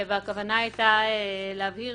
הכוונה היתה להבהיר,